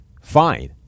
fine